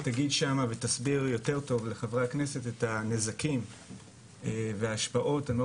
תגיד שם ותסביר יותר טוב לחברי הכנסת את הנזקים וההשפעות המאוד